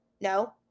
No